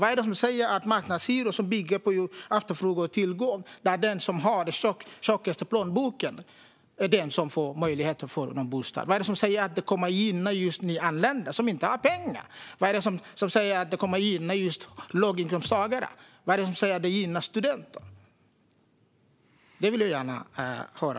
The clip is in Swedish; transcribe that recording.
Vad är det som säger att marknadshyror, som bygger på efterfrågan och tillgång och där den som har den tjockaste plånboken har möjlighet att få bostad, kommer att gynna nyanlända, som inte har pengar? Vad är det som säger att det kommer att gynna låginkomsttagare och studenter? Det vill jag gärna höra.